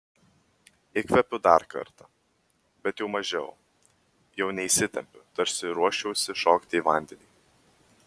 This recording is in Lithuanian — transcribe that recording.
įkvėpiu dar kartą bet jau mažiau jau neįsitempiu tarsi ruoščiausi šokti į vandenį